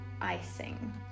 icing